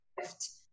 shift